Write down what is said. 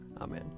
Amen